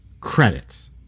credits